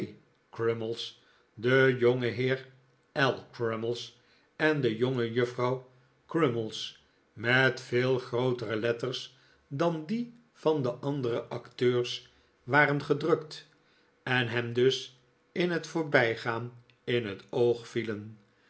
en de jonge maagd les met veel grooter letters dan die van de andere acteurs waren gedrukt en hem dus in het voorbijgaan in het oog vielen